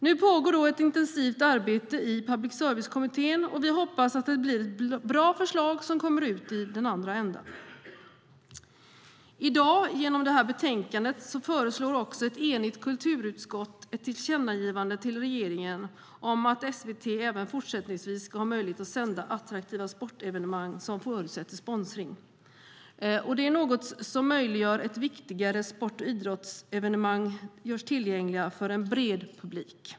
Nu pågår ett intensivt arbete i Public service-kommittén. Vi hoppas att det är ett bra förslag som kommer ut av det. Genom det här betänkandet föreslår i dag ett enigt kulturutskott ett tillkännagivande till regeringen om att SVT även fortsättningsvis ska ha möjlighet att sända attraktiva sportevenemang som förutsätter sponsring. Det möjliggör att viktigare sport och idrottsevenemang blir tillgängliga för en bred publik.